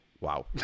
Wow